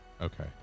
Okay